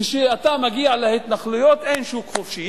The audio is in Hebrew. כשאתה מגיע להתנחלויות אין שוק חופשי.